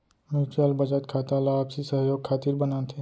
mutual बचत खाता ला आपसी सहयोग खातिर बनाथे